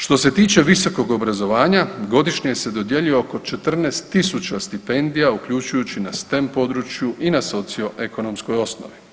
Što se tiče visokog obrazovanja, godišnje se dodjeljuje oko 14 tisuća stipendija, uključujući na STEM području i na socio-ekonomskoj osnovi.